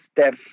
step